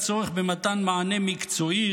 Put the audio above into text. על צורך במתן מענה מקצועי,